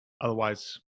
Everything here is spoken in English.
Otherwise